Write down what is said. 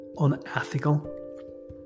unethical